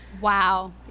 Wow